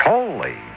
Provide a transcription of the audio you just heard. Holy